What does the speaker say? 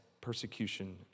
persecution